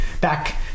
back